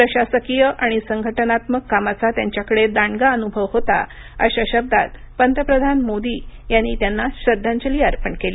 प्रशासकीय आणि संघटनात्मक कामाचा त्यांच्याकडे दांडगा अनुभव होता अशा शब्दात पंतप्रधान मोदी यांनी त्यांना श्रद्धांजली अर्पण केली